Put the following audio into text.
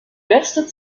beste